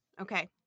Okay